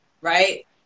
right